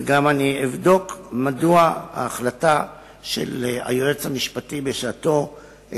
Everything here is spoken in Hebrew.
וגם אבדוק מדוע ההחלטה של היועץ המשפטי בשעתו,